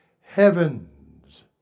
heavens